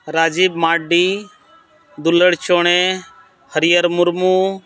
ᱨᱟᱡᱤᱵᱽ ᱢᱟᱱᱰᱤ ᱫᱩᱞᱟᱹᱲ ᱪᱳᱬᱮ ᱦᱟᱹᱨᱭᱟᱹᱲ ᱢᱩᱨᱢᱩ